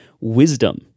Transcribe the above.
wisdom